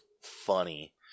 funny